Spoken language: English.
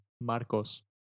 Marcos